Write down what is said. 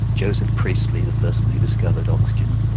joseph priestley, the person who discovered oxygen,